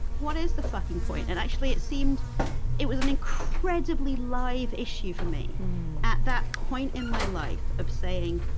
what is the fucking point? and actually, it seemed it was an incredibly live issue for me at that point in my life, of saying,